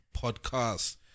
podcast